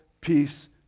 peace